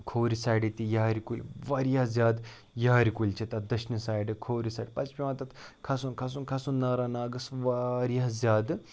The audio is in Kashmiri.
کھوٚورِ سایڈِ تہِ یارِ کُلۍ واریاہ زیادٕ یارِ کُلۍ چھِ تَتھ دٔچھنہِ سایڈٕ کھوٚورِ سایڈٕ پَتہٕ چھِ پٮ۪وان تَتھ کھسُن کھسُن کھسُن ناراناگَس واریاہ زیادٕ